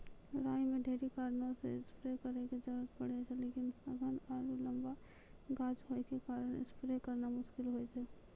राई मे ढेरी कारणों से स्प्रे करे के जरूरत पड़े छै लेकिन सघन आरु लम्बा गाछ होय के कारण स्प्रे करना मुश्किल होय छै?